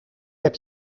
heb